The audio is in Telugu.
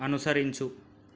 అనుసరించు